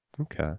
Okay